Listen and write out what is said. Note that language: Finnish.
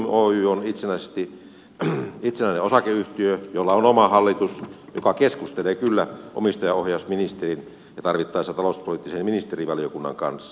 solidium oy on itsenäinen osakeyhtiö jolla on oma hallitus joka keskustelee kyllä omistajaohjausministerin ja tarvittaessa talouspoliittisen ministerivaliokunnan kanssa